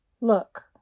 Look